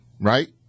Right